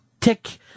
Tick